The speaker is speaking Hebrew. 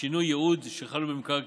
שינויי יעוד שחלו במקרקעין.